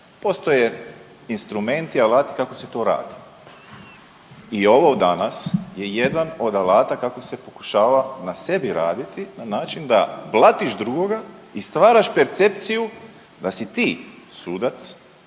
postoje instrumenti i alati kako se to radi. I ovo danas je jedan od alata kako se pokušava na sebi raditi na način da blatiš drugoga i stvaraš percepciju da si ti sudac,